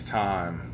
time